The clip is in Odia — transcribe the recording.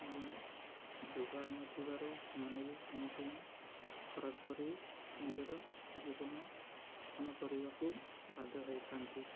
ଜୁଗାଡ଼ ନଥିବାରୁ ସେମାନେ ବି ସେମିତି ଅପରାଧ କରି ନିଜର ଜୀବନ ଯାପନ କରିବାକୁ ବାଧ୍ୟ ହେଇଥାନ୍ତି